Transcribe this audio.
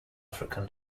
african